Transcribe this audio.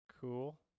Cool